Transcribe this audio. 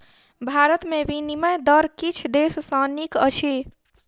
भारत में विनिमय दर किछ देश सॅ नीक अछि